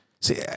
See